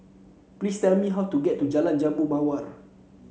please tell me how to get to Jalan Jambu Mawar